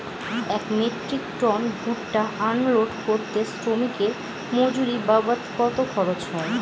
এক metric ton ভুট্টা unload করতে শ্রমিকের মজুরি বাবদ কত খরচ হয়?